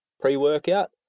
pre-workout